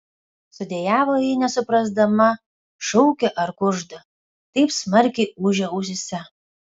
sudejavo ji nesuprasdama šaukia ar kužda taip smarkiai ūžė ausyse